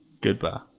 goodbye